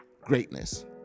greatness